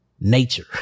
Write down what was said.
nature